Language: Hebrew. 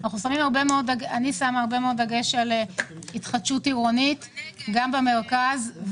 אנחנו שמים דגש על התחדשות עירונית במרכז.